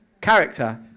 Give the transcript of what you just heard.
Character